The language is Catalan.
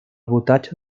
voltatge